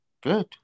Good